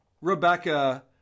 Rebecca